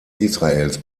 israels